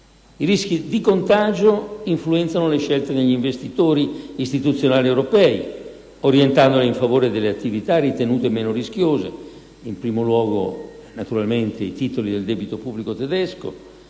I rischi di contagio influenzano le scelte degli investitori istituzionali europei, orientandoli in favore delle attività ritenute meno rischiose, in primo luogo i titoli del debito pubblico tedesco,